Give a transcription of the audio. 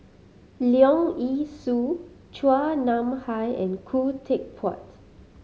Leong Yee Soo Chua Nam Hai and Khoo Teck Puat